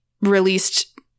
released